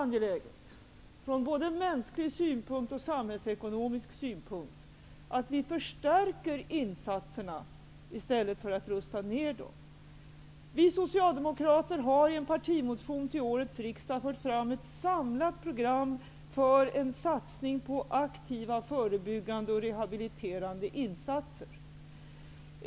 Det är från både mänsklig och samhällsekonomisk synpunkt angeläget att vi förstärker i stället för att rusta ner. Vi socialdemokrater har i en partimotion till årets riksdag fört fram ett samlat program för en satsning på aktiva, förebyggande och rehabiliterande insatser.